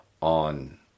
on